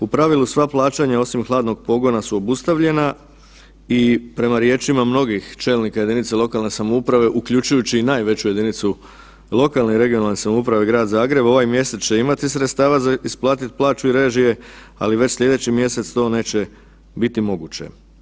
U pravilu sva plaćanja osim hladnog pogona su obustavljena i prema riječima mnogih čelnika jedinica lokalne samouprave uključujući i najveću jedinicu lokalne i regionalne samouprave Grad Zagreb ovaj mjesec će imati sredstava za isplatiti plaću i režije, ali već slijedeći mjesec to neće biti moguće.